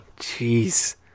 Jeez